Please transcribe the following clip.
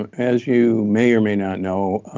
and as you may or may not know,